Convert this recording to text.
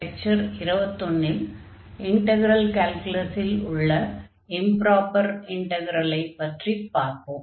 இந்த லெக்சர் 21 ல் இன்டக்ரல் கால்குலஸில் உள்ள இம்ப்ராப்பர் இன்டக்ரலை பற்றிப் பார்ப்போம்